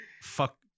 Fuck